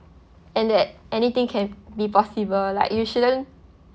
and that anything can be possible like you shouldn't